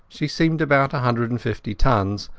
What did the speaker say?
she seemed about a hundred and fifty tons,